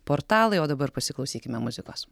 portalai o dabar pasiklausykime muzikos